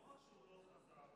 רגע, לא רק שהוא לא חזר בו,